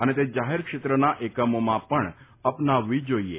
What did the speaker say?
અને તે જાહેર ક્ષેત્રના એકમોમાં પણ અપનાવવી જોઈએ